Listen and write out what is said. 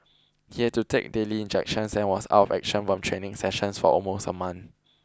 he had to take daily injections and was out of action from training sessions for almost a month